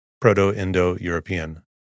Proto-Indo-European